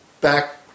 back